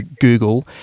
Google